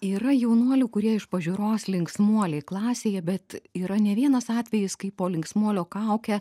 yra jaunuolių kurie iš pažiūros linksmuoliai klasėje bet yra ne vienas atvejis kai po linksmuolio kauke